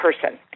person